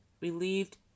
relieved